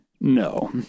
No